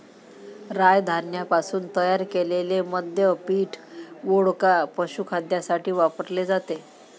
राय धान्यापासून तयार केलेले मद्य पीठ, वोडका, पशुखाद्यासाठी वापरले जाते